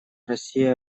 россия